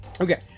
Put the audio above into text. Okay